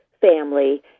family